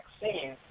vaccine